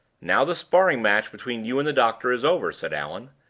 now the sparring-match between you and the doctor is over, said allan,